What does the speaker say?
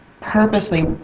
purposely